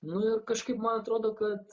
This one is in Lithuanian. nu ir kažkaip man atrodo kad